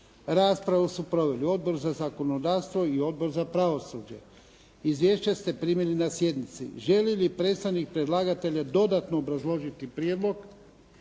Raspravu su proveli Odbor za zakonodavstvo i Odbor za pravosuđe. Izvješća ste primili na sjednici. Želi li predstavnik predlagatelja dodatno obrazložiti prijedlog?